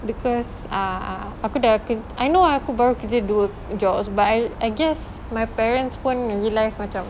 because uh aku dah I know aku baru kerja dua jobs but I I guess my parents pun realise macam